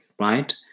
right